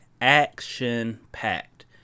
action-packed